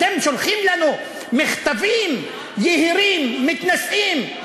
אתם שולחים לנו מכתבים יהירים, מתנשאים?